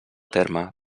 terme